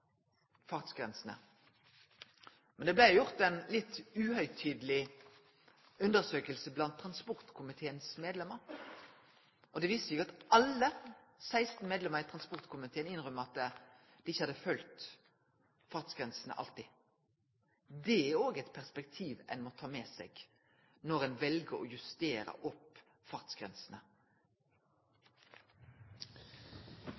fartsgrensene. Men det blei gjort ei litt uhøgtidleg undersøking blant transportkomiteens medlemer, og alle 16 medlemene i transportkomiteen vedgjekk at dei ikkje alltid hadde følgd fartsgrensene. Det er òg eit perspektiv ein må ta med seg når ein vel å justere opp fartsgrensene.